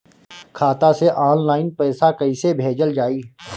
खाता से ऑनलाइन पैसा कईसे भेजल जाई?